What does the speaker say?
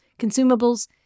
consumables